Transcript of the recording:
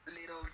little